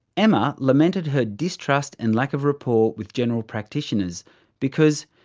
emma lamented her distrust and lack of rapport with general practitioners because,